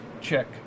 check